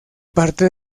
parte